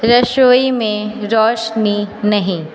रसोई में रौशनी नहीं